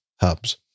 hubs